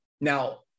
now